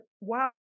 wow